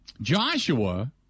Joshua